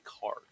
card